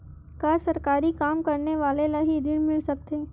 का सरकारी काम करने वाले ल हि ऋण मिल सकथे?